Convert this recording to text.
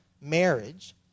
marriage